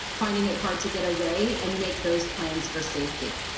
finding it hard to get away and make those plans for safety.